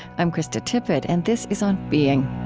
i'm krista tippett, and this is on being